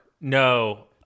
No